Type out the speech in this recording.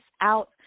out